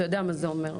אתה יודע מה זה אומר?